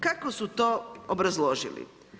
Kako su to obrazložili?